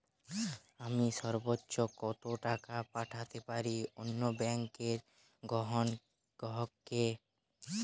আমি সর্বোচ্চ কতো টাকা পাঠাতে পারি অন্য ব্যাংক র গ্রাহক কে?